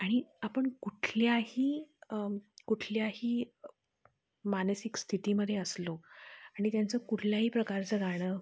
आणि आपण कुठल्याही कुठल्याही मानसिक स्थितीमध्ये असलो आणि त्यांचं कुठल्याही प्रकारचं गाणं